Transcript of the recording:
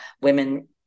women